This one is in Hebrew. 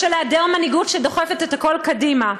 בשל היעדר מנהיגות שדוחפת את הכול קדימה,